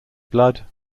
blood